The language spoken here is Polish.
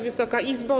Wysoka Izbo!